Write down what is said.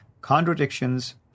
contradictions